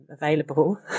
available